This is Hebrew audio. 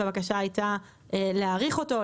והבקשה הייתה להאריך אותו,